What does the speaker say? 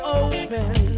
open